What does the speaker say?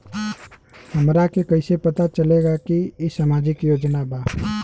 हमरा के कइसे पता चलेगा की इ सामाजिक योजना बा?